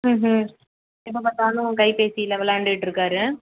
ம் ம் எப்போப் பார்த்தாலும் கைபேசியில் விளாண்டுட்டு இருக்கார்